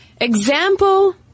Example